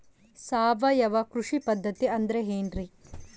ಸಾವಯವ ಕೃಷಿ ಪದ್ಧತಿ ಅಂದ್ರೆ ಏನ್ರಿ?